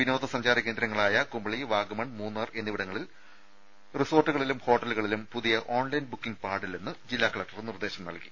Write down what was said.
വിനോദസഞ്ചാര കേന്ദ്രങ്ങളായ കുമ ളി വാഗമൺ മൂന്നാർ എന്നിവിടങ്ങളിൽ റിസോർട്ടിലും ഹോട്ടലുകളിലും പുതിയ ഓൺലൈൻ ബുക്കിംഗ് പാടില്ലെന്ന് ജില്ലാ കലക്ടർ നിർദ്ദേശം നൽകി